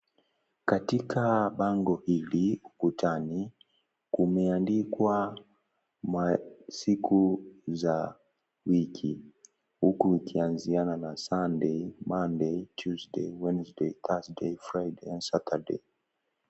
Katika bango hili ukutani, kumeandikwa siku za wiki. Huku ikianzia na Sunday, Monday, Tuesday, Wednesday, Thursday, Friday and Saturday .